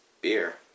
beer